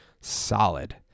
solid